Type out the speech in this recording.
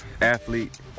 athlete